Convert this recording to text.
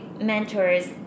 mentors